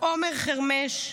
עומר חרמש,